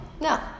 No